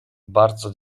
bardzo